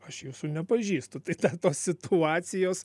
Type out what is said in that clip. aš jūsų nepažįstu tai tos situacijos